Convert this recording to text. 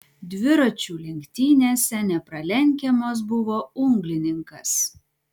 dviračių lenktynėse nepralenkiamas buvo unglininkas